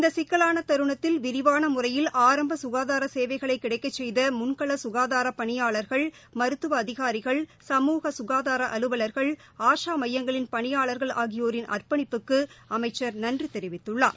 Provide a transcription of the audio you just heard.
இந்த சிக்கலான தருணத்தில் விரிவான முறையில் ஆரம்ப சுகாதார சேவைகளை கிடைக்கச் செய்த முன்கள சுகாதார பணியாளர்கள் மருத்துவ அதிகாரிகள் சமூக சுகாதார அலுவலர்கள் ஆஷா மையங்களின் பணியாளர்கள் ஆகியோரின் அர்ப்பணிப்புக்கு அமைச்சர் நன்றி தெரிவித்துள்ளார்